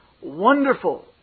wonderful